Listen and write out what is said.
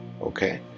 Okay